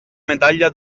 medaglia